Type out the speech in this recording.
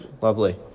lovely